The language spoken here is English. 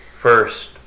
first